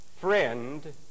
Friend